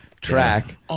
track